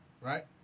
right